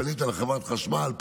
פנית לחברת חשמל,